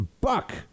Buck